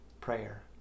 prayer